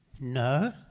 No